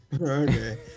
okay